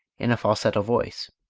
in a falsetto voice.